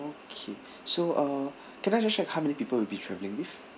okay so uh can I just check how many people will be travelling with